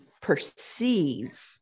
perceive